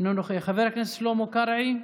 אינו נוכח, חבר הכנסת שלמה קרעי,